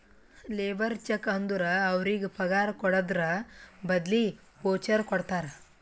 labour check ಅಂದುರ್ ಅವ್ರಿಗ ಪಗಾರ್ ಕೊಡದ್ರ್ ಬದ್ಲಿ ವೋಚರ್ ಕೊಡ್ತಾರ